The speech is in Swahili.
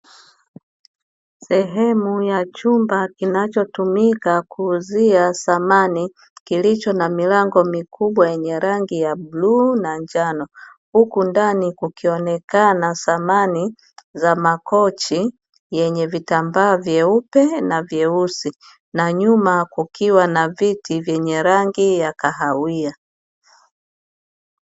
Sehemu ya chumba kinachotumika kuuzia samani kilicho na milango mikubwa yenye rangi ya bluu na njano. Huku ndani kukionekana samani za makochi, yenye vitambaa vyeupe na vyeusi, na nyuma kukiwa na viti vyenye rangi ya kahawia.